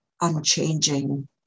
unchanging